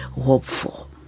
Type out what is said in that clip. hopeful